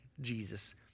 Jesus